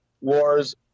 wars